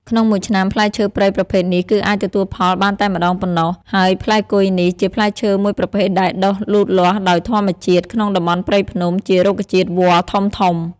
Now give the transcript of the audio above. ក្នុងមួយឆ្នាំផ្លែឈើព្រៃប្រភេទនេះ គឺអាចទទួលផលបានតែម្តងប៉ុណ្ណោះ ហើយផ្លែគុយនេះ ជាផ្លែឈើមួយប្រភេទដែលដុះលូតលាស់ដោយធម្មជាតិ ក្នុងតំបន់ព្រៃភ្នំ ជារុក្ខជាតិវល្លិធំៗ។